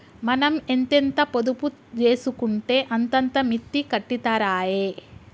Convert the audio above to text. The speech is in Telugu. మనం ఎంతెంత పొదుపు జేసుకుంటే అంతంత మిత్తి కట్టిత్తరాయె